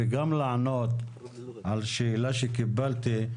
וגם לענות על שאלה שקיבלתי,